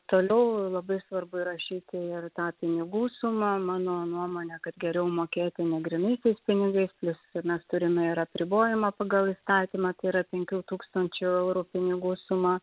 toliau labai svarbu įrašyti ir tą pinigų sumą mano nuomone kad geriau mokėti ne grynaisiais pinigais plius mes turime ir apribojimą pagal įstatymą tai yra penkių tūkstančių eurų pinigų sumą